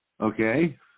Okay